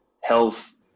health